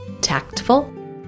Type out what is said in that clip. tactful